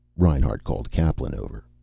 reinhart called kaplan over.